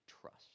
Trust